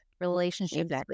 relationships